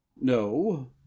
no